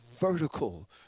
vertical